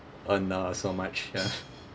earn uh so much ya